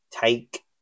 take